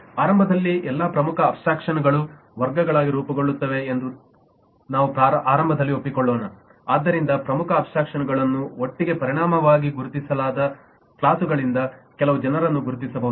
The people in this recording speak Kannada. ಆರಂಭದಲ್ಲಿ ಎಲ್ಲಾ ಪ್ರಮುಖ ಅಬ್ಸ್ಟ್ರಾಕ್ಷನ್ಗಳು ವರ್ಗಗಳಾಗಿ ರೂಪುಗೊಳ್ಳುತ್ತವೆ ಎಂದು ನಾವು ಆರಂಭದಲ್ಲಿ ಒಪ್ಪಿಕೊಳ್ಳೋಣ ಆದ್ದರಿಂದ ಪ್ರಮುಖ ಅಬ್ಸ್ಟ್ರಾಕ್ಷನ್ ಗಳನ್ನು ಒಟ್ಟಿಗೆ ಪರಿಣಾಮವಾಗಿ ಗುರುತಿಸಲಾದ ಕ್ಲಾಸುಗಳಿಂದ ಹಲವು ಜನರನ್ನು ಗುರುತಿಸಬಹುದು